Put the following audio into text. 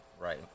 Right